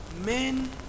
men